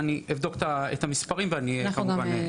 אני אבדוק את המספרים וכמובן אעדכן.